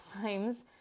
times